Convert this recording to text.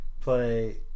play